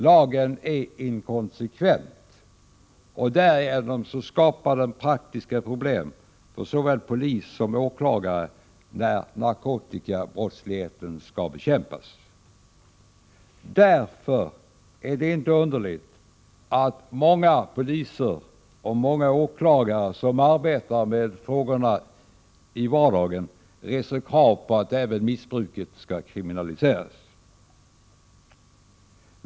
Lagen är inkonsekvent, och därigenom skapar den praktiska problem för såväl polis som åklagare när narkotikabrottsligheten skall bekämpas. Därför är det inte underligt att många poliser och åklagare som arbetar med frågorna i vardagen reser krav på att även missbruket skall kriminaliseras.